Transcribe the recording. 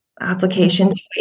applications